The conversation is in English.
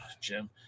Jim